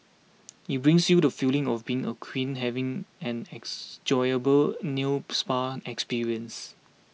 it brings you the feeling of being a queen having an nail spa experience